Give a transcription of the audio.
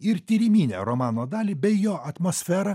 ir tyriminę romano dalį bei jo atmosferą